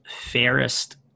fairest